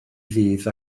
ddydd